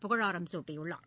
புகழாரம் சூட்டியுள்ளார்